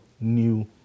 new